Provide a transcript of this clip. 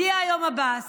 הודיע היום עבאס